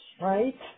right